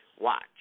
watch